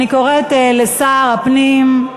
אני קוראת לשר הפנים,